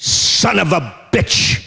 son of a bitch